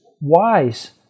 wise